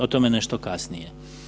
O tome nešto kasnije.